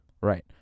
Right